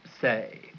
say